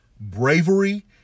bravery